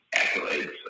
accolades